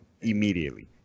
immediately